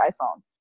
iPhone